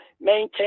maintain